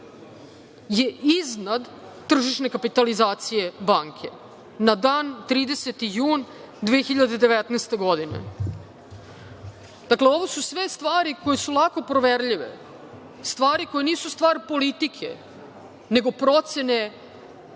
je iznad tržišne kapitalizacije banke na dan 30. jun 2019. godine. Dakle, ovo su sve stvari koje su lako proverljive, stvari koje nisu stvar politike, nego procene